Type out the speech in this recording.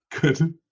Good